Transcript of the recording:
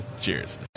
Cheers